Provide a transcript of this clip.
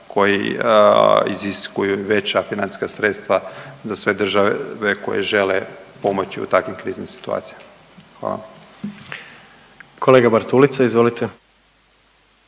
koji iziskuju veća financijska sredstva za sve države koje žele pomoći u takvim kriznim situacijama, hvala. **Jandroković, Gordan